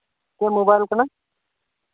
ᱪᱮᱫ ᱢᱳᱵᱟᱭᱤᱞ ᱠᱟᱱᱟ